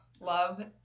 love